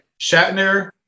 Shatner